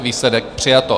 Výsledek: přijato.